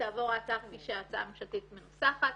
תעבור ההצעה כפי שההצעה הממשלתית מנוסחת?